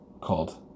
called